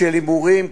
של הימורים,